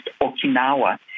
Okinawa